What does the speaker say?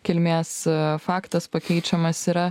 kilmės faktas pakeičiamas yra